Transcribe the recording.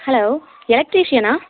hello எலெக்ட்ரீஷியனா